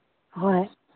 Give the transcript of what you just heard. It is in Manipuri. ꯍꯣꯏ